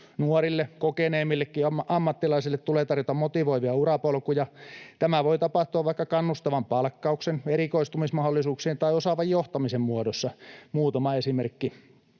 Nuorille ja kokeneemmillekin ammattilaisille tulee tarjota motivoivia urapolkuja. Tämä voi tapahtua vaikka kannustavan palkkauksen, erikoistumismahdollisuuksien tai osaavan johtamisen muodossa, muutaman esimerkin